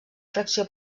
fracció